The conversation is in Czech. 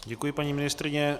Děkuji, paní ministryně.